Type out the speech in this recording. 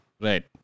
Right